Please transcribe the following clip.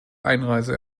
einreise